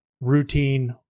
routine